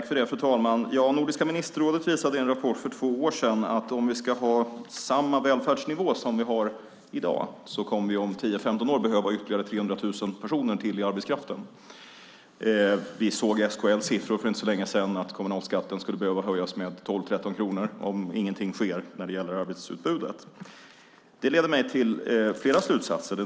Fru talman! Nordiska ministerrådet visade i en rapport för två år sedan att om vi ska ha samma välfärdsnivå som vi har i dag kommer vi om 10-15 år att behöva ytterligare 300 000 personer i arbetskraften. Vi såg SKL:s siffror för inte så länge sedan. Kommunalskatten skulle behöva höjas med 12-13 kronor om ingenting sker när det gäller arbetsutbudet. Det leder mig till flera slutsatser.